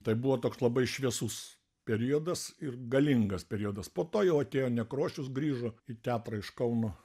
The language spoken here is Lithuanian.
tai buvo toks labai šviesus periodas ir galingas periodas po to jau atėjo nekrošius grįžo į teatrą iš kauno